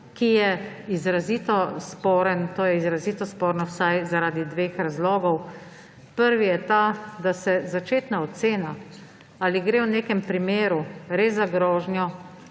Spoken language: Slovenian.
ki je izrazito sporen. To je izrazito sporno vsaj zaradi dveh razlogov. Prvi je ta, da se začetna ocena, ali gre v nekem primeru res za grožnjo,